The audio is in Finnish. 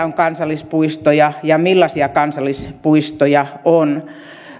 on kansallispuistoja ja millaisia kansallispuistoja on